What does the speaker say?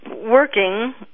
working